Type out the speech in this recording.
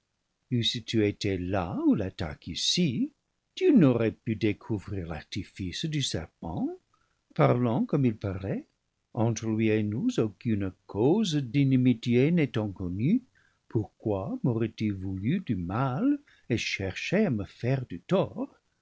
eusses tu été là ou l'attaque ici tu n'aurais pu découvrir l'artifice du serpent parlant comme il parlait entre lui et nous aucune cause d'inimitié n'étant connue pourquoi m'aurait-il voulu du mal et cherché à me faire du tort